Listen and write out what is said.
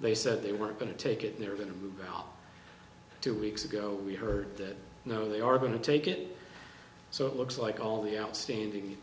they said they weren't going to take it they're going to move out two weeks ago we heard that you know they are going to take it so it looks like all the outstanding